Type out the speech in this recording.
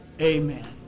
amen